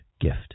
gift